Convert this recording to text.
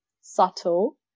subtle